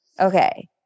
Okay